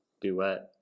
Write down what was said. duet